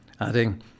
adding